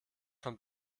von